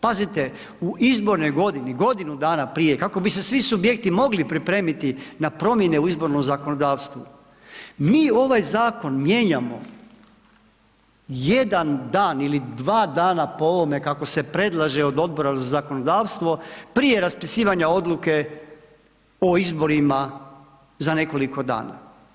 Pazite, u izbornoj godini, godinu dana prije kako bi se svi subjekti mogli pripremiti na promjene u izbornom zakonodavstvu, mi ovaj zakon mijenjamo jedan dan ili dva dana po ovome kako se predlaže od Odbora za zakonodavstvo, prije raspisivanja odluke o izborima za nekoliko dana.